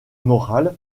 moral